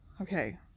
Okay